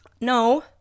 No